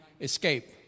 escape